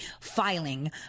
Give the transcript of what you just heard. filing